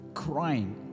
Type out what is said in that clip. crying